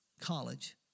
college